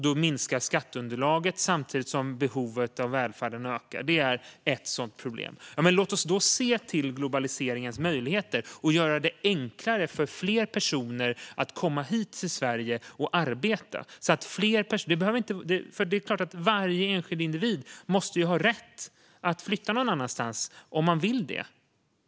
Där minskar skatteunderlaget samtidigt som behovet av välfärden ökar, och det är ett av de problem som finns. Men låt oss då se till globaliseringens möjligheter! Låt oss göra det enklare för fler personer att komma till Sverige och arbeta! Det är klart att man som enskild individ måste ha rätt att flytta någon annanstans om man vill det.